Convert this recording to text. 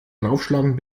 draufschlagen